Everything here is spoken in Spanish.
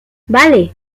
vale